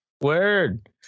word